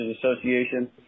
Association